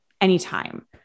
anytime